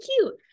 cute